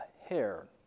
hair